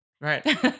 Right